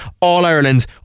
All-Ireland